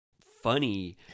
funny